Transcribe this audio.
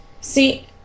see